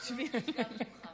מי שרוצה ישאיר את שמו.